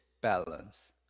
balance